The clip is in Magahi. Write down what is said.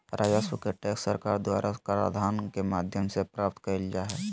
राजस्व के टैक्स सरकार द्वारा कराधान के माध्यम से प्राप्त कइल जा हइ